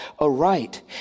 aright